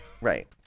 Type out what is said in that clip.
Right